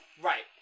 Right